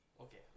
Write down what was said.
okay